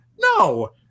No